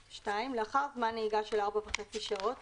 לאחר זמן נהיגה של ארבע וחצי שעות,